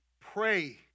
Pray